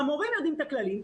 המורים יודעים את הכללים,